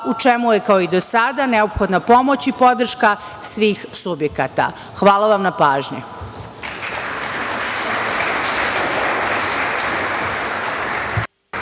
u čemu je, kao i do sada, neophodna pomoć i podrška svih subjekata. Hvala na pažnji.